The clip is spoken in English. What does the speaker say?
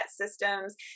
systems